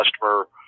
customer